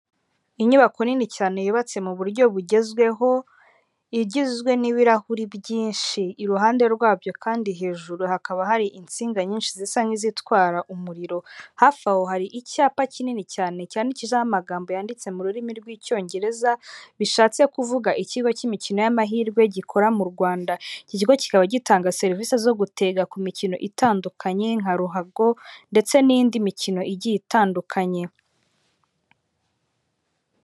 Inyubako nini cyane, yubatse mu buryo bugezweho, igizwe n'ibirahuri byinshi, iruhande rwabyo kandi hejuru hakaba hari insinga nyinshi zisa nk'izitwara umuriro hafi aho hari icyapa kinini cyane, cyane kiho amagambo yanditse mu rurimi rw'icyongereza bishatse kuvuga ikigo cy'imikino y'amahirwe gikora mu Rwanda, iki kigo kikaba gitanga serivisi zo gutega ku mikino itandukanye nka ruhago ndetse n'indi mikino igiye itandukanye.